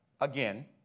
again